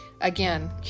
Again